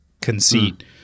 conceit